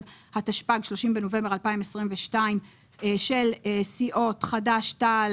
התשפ"ג 30 בנובמבר 2022 של סיעות חד"ש תע"ל,